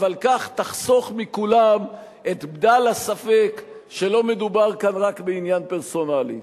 אבל כך תחסוך מכולם את בדל הספק שלא מדובר כאן רק בעניין פרסונלי.